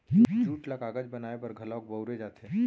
jute ल कागज बनाए बर घलौक बउरे जाथे